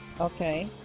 Okay